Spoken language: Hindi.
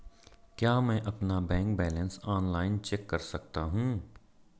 क्या मैं अपना बैंक बैलेंस ऑनलाइन चेक कर सकता हूँ?